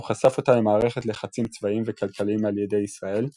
הוא חשף אותה למערכת לחצים צבאיים וכלכליים על ידי ישראל,